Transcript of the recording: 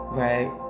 right